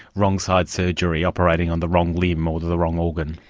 wrong side surgery, operating on the wrong limb or the the wrong organ?